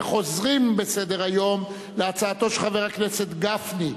וחוזרים בסדר-היום להצעתו של חבר הכנסת גפני,